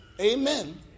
Amen